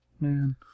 Man